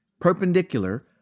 perpendicular